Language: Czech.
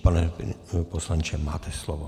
Pane poslanče, máte slovo.